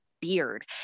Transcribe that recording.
beard